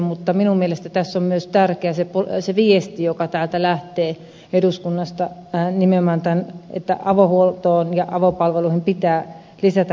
mutta minun mielestä tässä on tärkeä se viesti joka lähtee eduskunnasta nimenomaan tämä että avohuoltoon ja avopalveluihin pitää lisätä resursseja